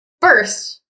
First